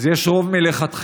אז יש רוב מלכתחילה.